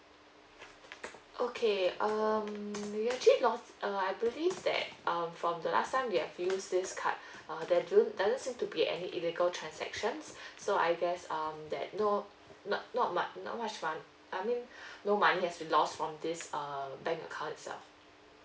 okay um you are actually not uh I believe that um from the last time you have used this card uh there didn't doesn't seems to be any illegal transactions so I guess um that no not not muc~ not much mon~ I mean no money has been lost from this uh bank account itself